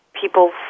people